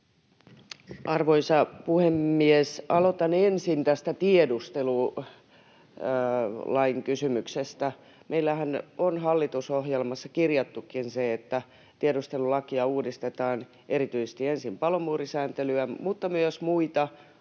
Arvoisa puhemies! Aloitan ensin tästä kysymyksestä tiedustelulaista. Meillähän on hallitusohjelmassa kirjattukin se, että tiedustelulakia uudistetaan, erityisesti ensin palomuurisääntelyä, mutta myös muita